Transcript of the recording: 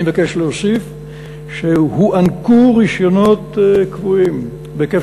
אני מבקש להוסיף שהוענקו רישיונות קבועים בהיקף